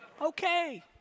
Okay